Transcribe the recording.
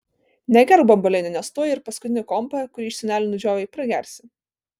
negerk bambalinio nes tuoj ir paskutinį kompą kurį iš senelių nudžiovei pragersi